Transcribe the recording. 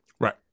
Right